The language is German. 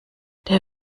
der